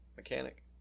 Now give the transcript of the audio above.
mechanic